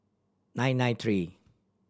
nine nine three